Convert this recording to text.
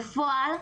בפועל,